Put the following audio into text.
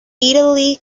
italy